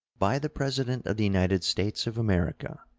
by the president of the united states of america.